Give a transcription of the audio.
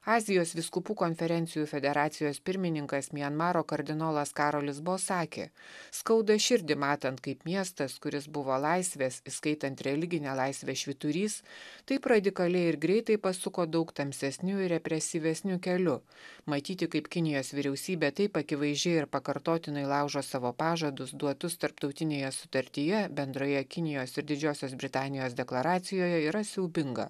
azijos vyskupų konferencijų federacijos pirmininkas mianmaro kardinolas karolis bo sakė skauda širdį matant kaip miestas kuris buvo laisvės įskaitant religinę laisvę švyturys taip radikaliai ir greitai pasuko daug tamsesniu ir represyvesniu keliu matyti kaip kinijos vyriausybė taip akivaizdžiai ir pakartotinai laužo savo pažadus duotus tarptautinėje sutartyje bendroje kinijos ir didžiosios britanijos deklaracijoje yra siaubinga